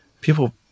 people